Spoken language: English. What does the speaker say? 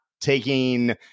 taking